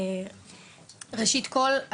ראשית כל,